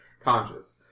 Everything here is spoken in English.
conscious